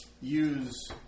use